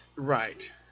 Right